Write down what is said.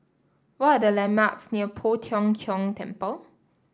what are the landmarks near Poh Tiong Kiong Temple